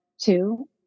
two